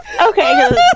Okay